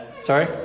sorry